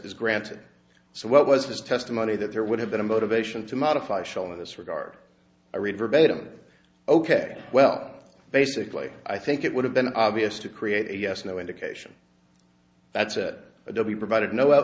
is granted so what was this testimony that there would have been a motivation to modify show in this regard i read verbatim ok well basically i think it would have been obvious to create a yes no indication that's it provided no